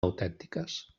autèntiques